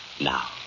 Now